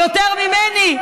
יותר ממני?